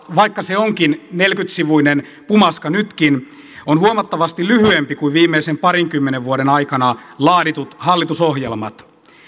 vaikka se onkin neljäkymmentä sivuinen pumaska nytkin on huomattavasti lyhyempi kuin viimeisen parinkymmenen vuoden aikana laaditut hallitusohjelmat